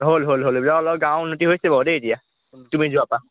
হ'ল হ'ল হ'ল এইবিলাক অলপ গাঁৱৰ উন্নতি হৈছে বাৰু দেই এতিয়া তুমি যোৱা পা